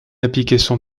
application